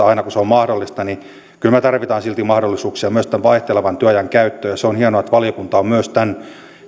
aina kun se on mahdollista kyllä me tarvitsemme silti mahdollisuuksia myös tämän vaihtelevan työajan käyttöön ja se on hienoa että valiokunta on myös tämän